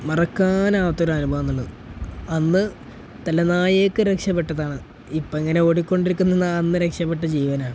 മറക്കാനാവാത്ത ഒരനുഭവം എന്നുള്ളത് അന്ന് തലനാരിഴയ്ക്ക് രക്ഷപ്പെട്ടതാണ് ഇപ്പോൾ ഇങ്ങനെ ഓടിക്കൊണ്ടിരിക്കുന്നത് എന്നത് അന്ന് രക്ഷപ്പെട്ട ജീവനാണ്